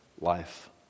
life